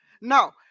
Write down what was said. No